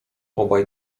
obaj